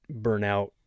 burnout